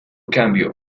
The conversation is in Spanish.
cambio